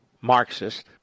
Marxist